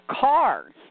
cars